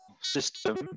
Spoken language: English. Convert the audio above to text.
system